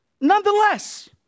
Nonetheless